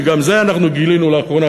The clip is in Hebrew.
כי גם את זה אנחנו גילינו לאחרונה,